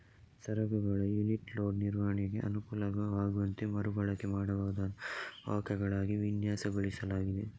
ಸರಕುಗಳ unit load ನಿರ್ವಹಣೆಗೆ ಅನುಕೂಲವಾಗುವಂತೆ ಮರು ಬಳಕೆ ಮಾಡಬಹುದಾದ ವಾಹಕಗಳಾಗಿ ವಿನ್ಯಾಸಗೊಳಿಸಲಾಗಿದೆ